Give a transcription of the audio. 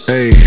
Hey